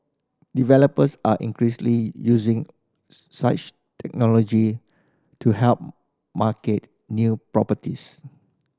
developers are increasingly using such technology to help market new properties